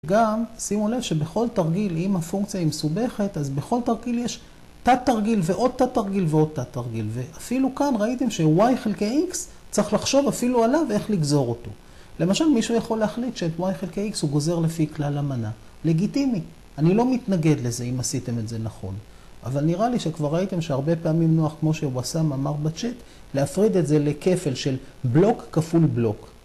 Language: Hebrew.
גם שימו לב שבכל תרגיל אם הפונקציה היא מסובכת אז בכל תרגיל יש תת-תרגיל ועוד תת-תרגיל ועוד תת-תרגיל, ואפילו כאן ראיתם שy חלקי x צריך לחשוב אפילו עליו איך לגזור אותו. למשל מישהו יכול להחליט שאת y חלקי x הוא גוזר לפי כלל המנה, לגיטימי, אני לא מתנגד לזה אם עשיתם את זה נכון. אבל נראה לי שכבר ראיתם שהרבה פעמים נוח כמו שהוא עשה מאמר בצ'ט, להפריד את זה לכפל של בלוק כפול בלוק.